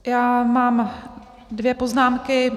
Já mám dvě poznámky.